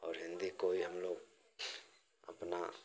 और हिन्दी को ही हम लोग अपना